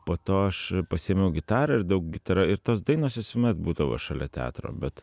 po to aš pasiėmiau gitarą ir daug gitara ir tos dainos visuomet būdavo šalia teatro bet